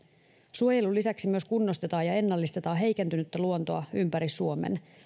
suojelun lisäksi myös kunnostetaan ja ennallistetaan heikentynyttä luontoa ympäri suomen